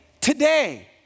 today